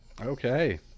Okay